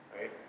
right